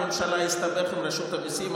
בממשלה יסתבך עם רשות המיסים.